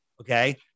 Okay